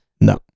No